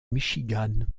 michigan